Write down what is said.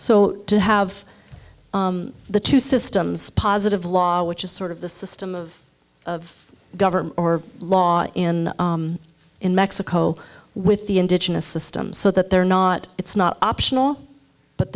so to have the two systems positive law which is sort of the system of government or law in in mexico with the indigenous system so that they're not it's not optional but